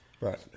Right